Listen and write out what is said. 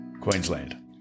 Queensland